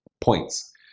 points